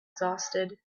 exhausted